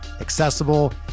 accessible